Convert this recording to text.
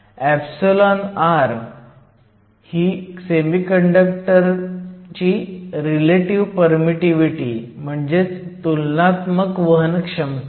or ही सेमिकंडक्टरव्ही relative permittivity म्हणजेच तुलनात्मक वहनक्षमता आहे